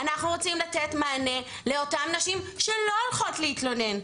אנחנו רוצים לתת מענה לאותן נשים שלא הולכות להתלונן,